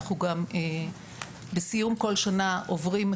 אנחנו גם בסיום כל שנה עוברים,